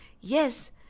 Yes